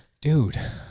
dude